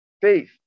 Faith